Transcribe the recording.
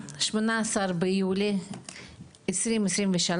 18 ביוני 2023,